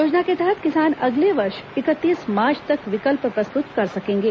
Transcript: योजना के तहत किसान अगले वर्ष इकतीस मार्च तक विकल्प प्रस्तुत कर सकेंगे